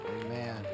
Amen